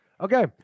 Okay